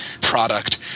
product